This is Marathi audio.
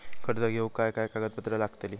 कर्ज घेऊक काय काय कागदपत्र लागतली?